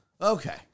Okay